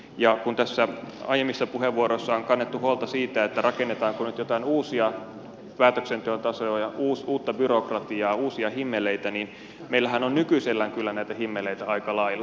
ja kun tässä aiemmissa puheenvuoroissa on kannettu huolta siitä rakennetaanko nyt jotain uusia päätöksenteon tasoja ja uutta byrokratiaa uusia himmeleitä niin meillähän on nykyisellään kyllä näitä himmeleitä aika lailla